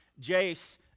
Jace